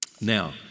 Now